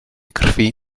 krwi